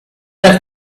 have